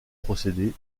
procédé